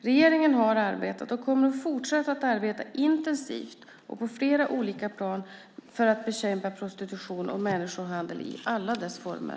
Regeringen har arbetat och kommer att fortsätta arbeta intensivt och på flera olika plan för att bekämpa prostitution och människohandel i alla dess former.